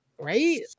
right